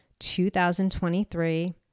2023